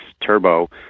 Turbo